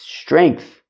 strength